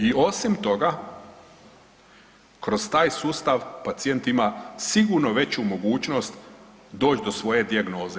I osim toga kroz taj sustav pacijent ima sigurno veću mogućnost doći do svoje dijagnoze.